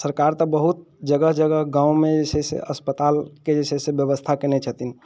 सरकार तऽ बहुत जगह जगह गाँवमे जे छै से अस्पतालके जे छै से व्यवस्था कयने छथिन